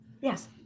Yes